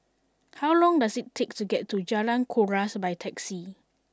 how long does it take to get to Jalan Kuras by taxi